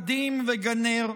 כדים וגן נר.